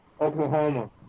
Oklahoma